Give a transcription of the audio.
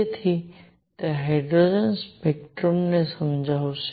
તેથી તે હાઇડ્રોજન સ્પેક્ટ્રમને સમજાવશે